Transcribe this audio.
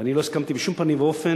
ואני לא הסכמתי בשום פנים ואופן